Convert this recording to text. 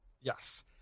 Yes